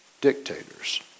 dictators